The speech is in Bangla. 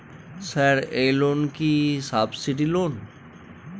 স্যার এই লোন কি সাবসিডি লোন?